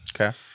Okay